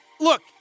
look